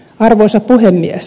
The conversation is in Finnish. arvoisa puhemies